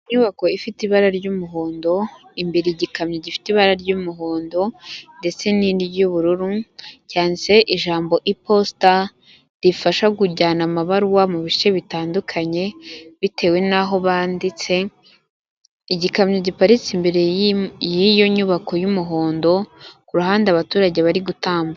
Inyubako ifite ibara ry'umuhondo, imbere igikamyo gifite ibara ry'umuhondo ndetse n'irindi ry'ubururu, cyanditse ijambo iposita rifasha kujyana amabaruwa mu bice bitandukanye bitewe n'aho banditse, igikamyo giparitse imbere y'iyo nyubako y'umuhondo ku ruhande abaturage bari gutambuka.